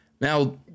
Now